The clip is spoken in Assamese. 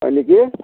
হয় নেকি